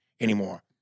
anymore